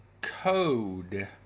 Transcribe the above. code